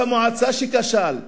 ראש המועצה שכשל,